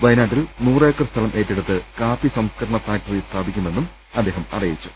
വയനാട്ടിൽ നൂറ് ഏക്കർ സ്ഥലം ഏറ്റെ ടുത്ത് കാപ്പി സംസ്കരണ ഫാക്ടറി സ്ഥാപിക്കുമെന്നും അദ്ദേഹം അറി യിച്ചു